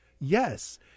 Yes